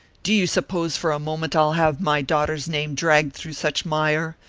do you suppose for a moment i'll have my daughter's name dragged through such mire?